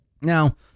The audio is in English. Now